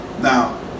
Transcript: Now